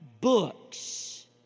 books